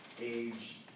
age